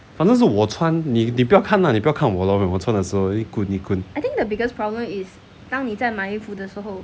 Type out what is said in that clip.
好像是我穿你不要看 lah 你不要看我 lor 我穿的时候你滚你滚